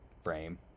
frame